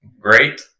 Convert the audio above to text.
great